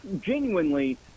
genuinely